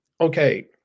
okay